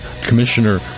Commissioner